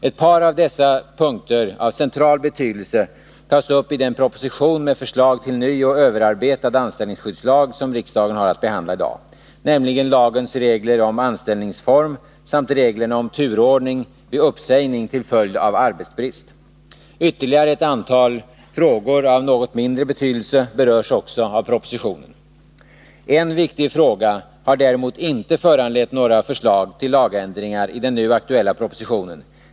Ett par av dessa punkter av central betydelse tas upp i den proposition med förslag till en ny och överarbetad anställningsskyddslag som riksdagen har att behandla i dag, nämligen lagens regler om anställningsform samt reglerna om turordning vid uppsägning till följd av arbetsbrist. Ytterligare ett antal frågor av något mindre betydelse berörs också av propositionen. En viktig fråga har däremot inte föranlett några förslag till lagändringar i den nu aktuella propositionen.